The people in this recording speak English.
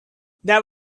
there